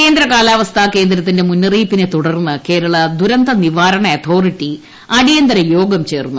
കേന്ദ്രകാലാവസ്ഥാ കേന്ദ്രത്തിന്റെ മുന്നറിയിപ്പിനെ തുടർന്ന് കേരള ദുരന്ത നിവാരണ അതോറിറ്റി അടിയന്തരയോഗം ചേർന്നു